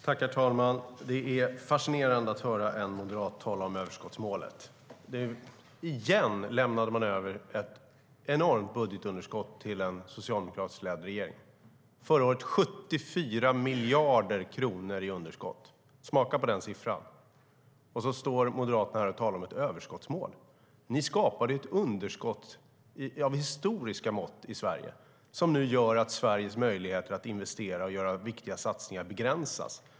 Herr talman! Det är fascinerande att höra en moderat tala om överskottsmålet. Igen lämnade man över ett enormt budgetunderskott till en socialdemokratiskt ledd regering. Förra året var det 74 miljarder kronor i underskott. Smaka på den siffran! Då står Moderaterna här och talar om ett överskottsmål. Ni skapade ett underskott av historiska mått i Sverige, som nu gör att Sveriges möjligheter att investera och göra viktiga satsningar begränsas.